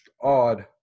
odd